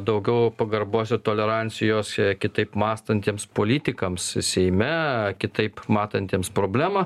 daugiau pagarbos ir tolerancijos kitaip mąstantiems politikams seime kitaip matantiems problemą